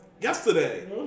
yesterday